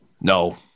no